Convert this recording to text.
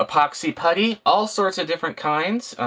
epoxy putty, all sorts of different kinds.